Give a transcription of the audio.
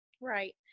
Right